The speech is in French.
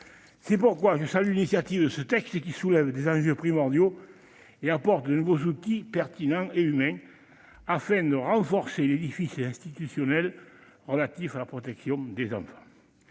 C'est pourquoi je salue l'initiative de ce texte, qui soulève des enjeux primordiaux et introduit de nouveaux outils pertinents et humains, afin de renforcer l'édifice institutionnel relatif à la protection des enfants.